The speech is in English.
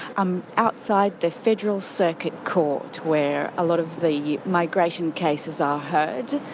i'm outside the federal circuit court where a lot of the migration cases are heard,